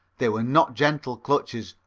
they were not gentle clutches,